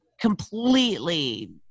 completely